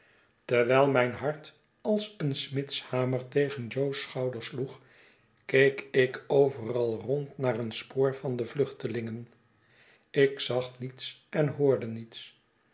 terwijl mijn hart als een smidshamer tegen jo's schouder sloeg keek ik overal rond naar een spoor van de vluchtelingen ik zag niets en hoorde niets